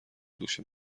دوش